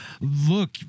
look